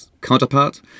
counterpart